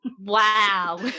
wow